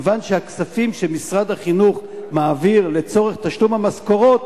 כי הכספים שמשרד החינוך מעביר לצורך תשלום המשכורות